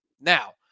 Now